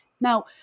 Now